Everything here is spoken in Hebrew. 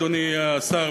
אדוני השר,